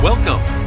Welcome